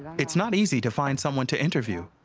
it's not easy to find someone to interview.